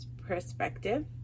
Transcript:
perspective